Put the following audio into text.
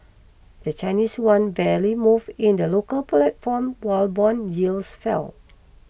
the Chinese yuan barely moved in the local platform while bond yields fell